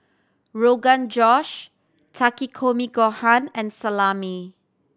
Rogan Josh Takikomi Gohan and Salami